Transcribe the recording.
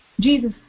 Jesus